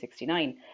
1969